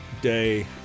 Day